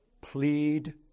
Plead